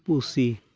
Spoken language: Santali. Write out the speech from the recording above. ᱯᱩᱥᱤ